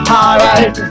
alright